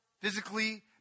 physically